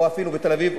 או אפילו בתל-אביב,